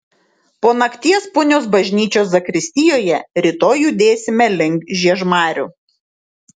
po nakties punios bažnyčios zakristijoje rytoj judėsime link žiežmarių